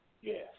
Yes